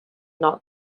not